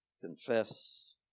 confess